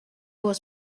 was